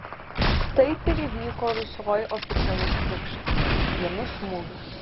taip ir įvyko rusioj oficialus krikštas vienu smūgiu